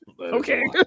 Okay